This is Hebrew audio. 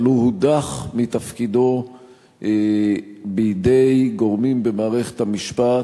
אבל הוא הודח מתפקידו בידי גורמים במערכת המשפט,